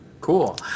Cool